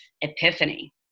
epiphany